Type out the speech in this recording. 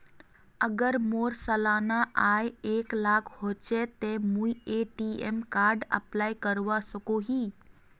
अगर मोर सालाना आय एक लाख होचे ते मुई ए.टी.एम कार्ड अप्लाई करवा सकोहो ही?